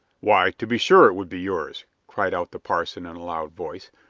why, to be sure it would be yours! cried out the parson, in a loud voice.